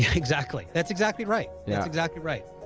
yeah exactly that's exactly right yeah exactly right.